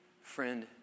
Friend